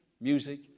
music